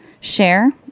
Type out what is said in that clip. share